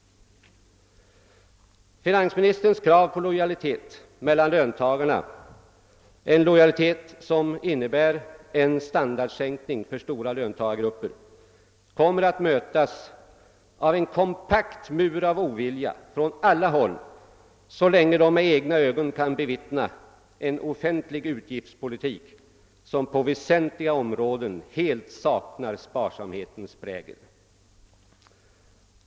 Finansministerns krav på lojalitet mellan löntagarna — en lojalitet som innebär en standardsänkning för stora löntagargrupper — kommer att mötas av en kompakt mur av ovilja från alla håll så länge folk med egna ögon kan bevittna en offentlig utgiftspolitik som på väsentliga områden helt saknar sparsamhetens prägel.